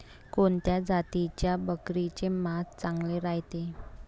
कोनच्या जातीच्या बकरीचे मांस चांगले रायते?